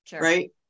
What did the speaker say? Right